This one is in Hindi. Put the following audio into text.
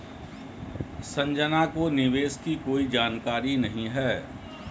संजना को निवेश की कोई जानकारी नहीं है